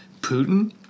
Putin